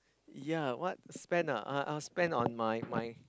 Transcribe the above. yea what spend ah uh I will spend on my my